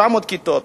900 כיתות,